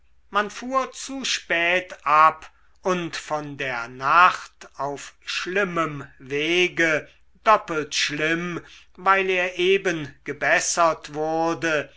man fuhr zu spät ab und von der nacht auf schlimmem wege doppelt schlimm weil er eben gebessert wurde